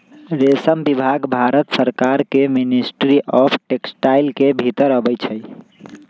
रेशम विभाग भारत सरकार के मिनिस्ट्री ऑफ टेक्सटाइल के भितर अबई छइ